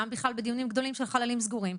וגם בכלל בדיונים גדולים בחללים סגורים,